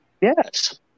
Yes